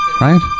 Right